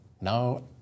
Now